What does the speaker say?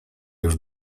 już